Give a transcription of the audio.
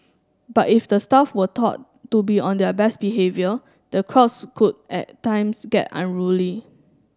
but if the staff were taught to be on their best behaviour the crowds could at times get unruly